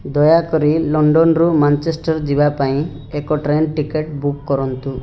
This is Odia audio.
ଦୟାକରି ଲଣ୍ଡନରୁ ମାଞ୍ଚେଷ୍ଟର ଯିବା ପାଇଁ ଏକ ଟ୍ରେନ୍ ଟିକେଟ୍ ବୁକ୍ କରନ୍ତୁ